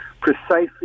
precisely